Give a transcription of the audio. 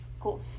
Cool